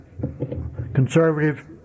conservative